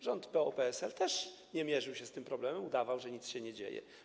Rząd PO-PSL też nie mierzył się z tym problemem, udawał, że nic się nie dzieje.